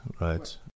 right